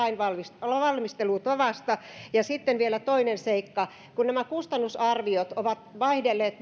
haluan muistuttaa hyvästä lainvalmistelutavasta ja sitten vielä toinen seikka kun nämä kustannusarviot ovat vaihdelleet